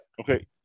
okay